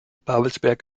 babelsberg